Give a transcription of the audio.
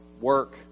work